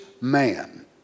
man